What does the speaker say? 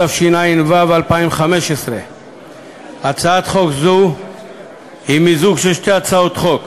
התשע"ו 2015. הצעת חוק זו היא מיזוג של שתי הצעות חוק: